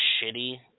shitty